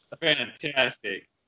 fantastic